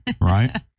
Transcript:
right